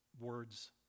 words